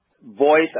Voice